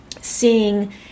seeing